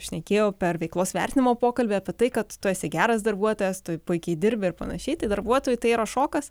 šnekėjau per veiklos vertinimo pokalbį apie tai kad tu esi geras darbuotojas tu puikiai dirbi ir panašiai tai darbuotojui tai yra šokas